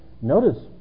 Notice